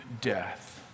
death